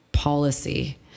policy